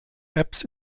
apps